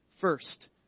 First